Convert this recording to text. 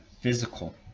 physical